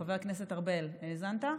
חבר הכנסת ארבל, האזנת?